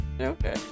Okay